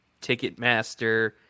Ticketmaster